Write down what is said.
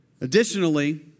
Additionally